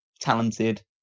talented